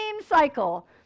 cycle